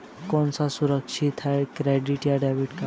कौन सा सुरक्षित है क्रेडिट या डेबिट कार्ड?